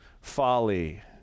folly